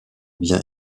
bien